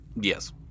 Yes